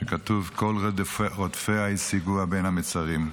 שכתוב: "כל רֹדפיה השיגוה בין המצרים".